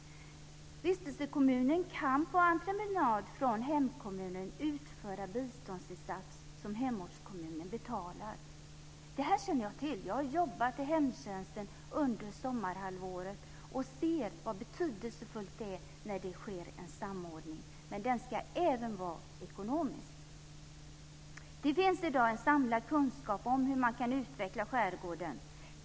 Vistelsekommunen kan på entreprenad från hemkommunen utföra biståndsinsats som hemkommunen betalar. Det här känner jag till. Jag har jobbat i hemtjänsten under sommarhalvåret och sett hur betydelsefullt det är när det sker en samordning. Men den ska även vara ekonomisk. Det finns i dag en samlad kunskap om hur man kan utveckla skärgården.